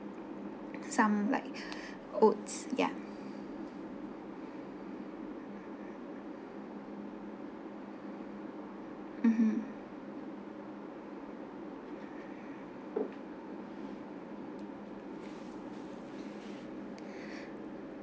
some like oats ya mmhmm